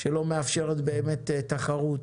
שלא מאפשרת באמת תחרות.